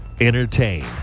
Entertain